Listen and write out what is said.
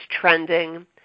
trending